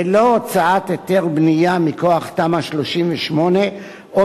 ולא הוצאת היתר בנייה מכוח תמ"א 38 או